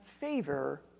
favor